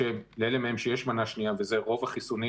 לאלה מהם שיש מנה שנייה ואלו רוב החיסונים